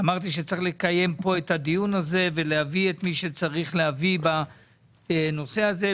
אמרתי שצריך לקיים פה את הדיון הזה ולהביא את מי שצריך להביא בנושא הזה.